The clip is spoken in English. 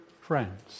friends